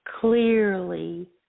clearly